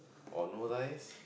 or no rice